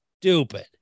stupid